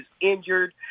injured